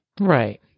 Right